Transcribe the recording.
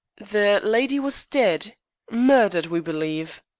the lady was dead murdered, we believe.